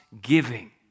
giving